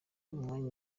umwanya